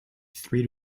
three